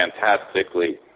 fantastically